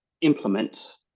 implement